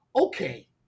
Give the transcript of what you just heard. okay